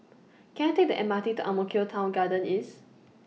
Can I Take The M R T to Ang Mo Kio Town Garden East